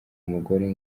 mugore